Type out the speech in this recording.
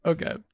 Okay